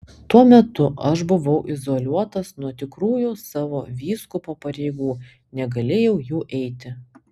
tuo metu aš buvau izoliuotas nuo tikrųjų savo vyskupo pareigų negalėjau jų eiti